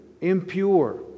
impure